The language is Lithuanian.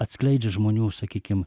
atskleidžia žmonių sakykim